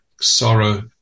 sorrow